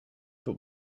but